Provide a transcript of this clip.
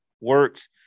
works